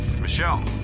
Michelle